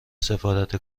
سفارت